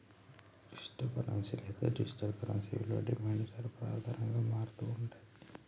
crypto currency లేదా digital currency విలువ demand, సరఫరా ఆధారంగా మారతూ ఉంటుండే